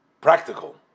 practical